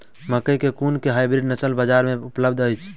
मकई केँ कुन केँ हाइब्रिड नस्ल बजार मे उपलब्ध अछि?